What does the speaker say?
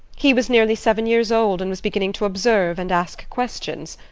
he was nearly seven years old, and was beginning to observe and ask questions,